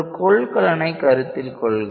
ஒரு கொள்கலனை கருத்தில் கொள்க